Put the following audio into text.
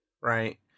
right